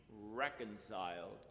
reconciled